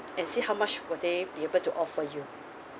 and see how much will they be able to offer you